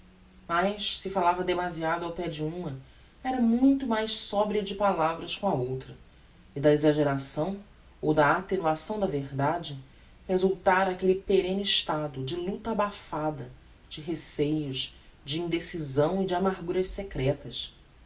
mas se falava demasiado ao pé de uma era muito mais sobria de palavras com a outra e da exageração ou da attenuação da verdade resultara aquelle perenne estado de luta abafada de receios de indecisão e de amarguras secretas